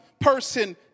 person